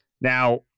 Now